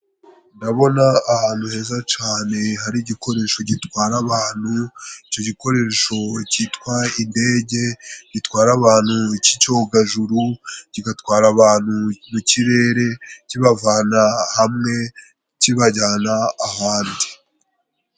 Ndabona ahantu heza cane, hari igikoresho gitwara abantu, icyo gikoresho cyitwa indege gitwara abantu. Iki cyogajuru kigatwara abantu mu kirere kibavana hamwe kibajyana ahandi.